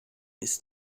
ist